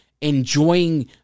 enjoying